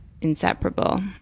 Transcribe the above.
inseparable